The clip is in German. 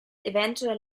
eventuell